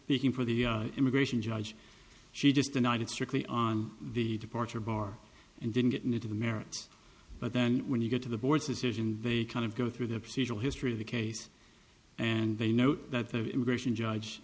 speaking for the immigration judge she just denied it strictly on the departure bar and didn't get into the merits but then when you get to the board's decision very kind of go through the procedural history of the case and they know that the immigration judge